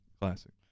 Classic